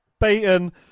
beaten